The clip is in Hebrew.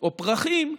או פרחים,